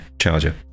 charger